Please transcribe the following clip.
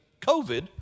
COVID